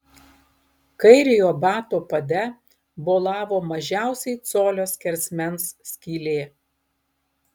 kairiojo bato pade bolavo mažiausiai colio skersmens skylė